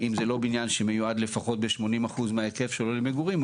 אם זה לא בנין שמיועד לפחות ב-80% מההיקף שלו למגורים,